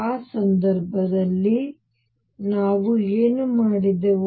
ಆ ಸಂದರ್ಭದಲ್ಲಿ ನಾವು ಏನು ಮಾಡಿದೆವು